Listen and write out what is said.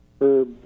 Herb